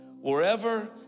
wherever